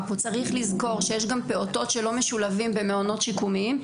פה צריך לזכור שיש גם פעוטות שלא משולבים במעונות שיקומיים,